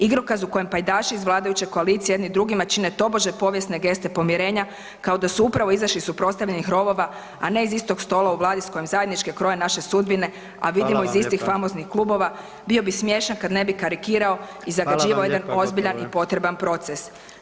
Igrokaz u kojem pajdaši iz vladajuće koalicije jedini drugima čine tobože povijesne geste pomirenja kao da su upravo izašli iz suprotstavljenih rovova, a ne iz istog stola u Vladi s kojim zajednički kroje naše sudbine, a vidimo iz istih famoznih klubova bio bi smiješan kada ne bi karikirao i zagađivao jedan ozbiljan i potreban proces